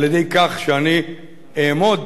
על-ידי כך שאני אעמוד,